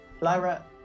Lyra